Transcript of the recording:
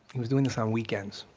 he was doing this on weekends.